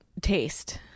taste